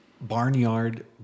barnyard